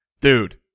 Dude